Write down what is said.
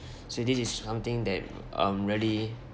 so this is something that um really